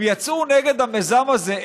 הם יצאו נגד המיזם הזה,